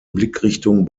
blickrichtung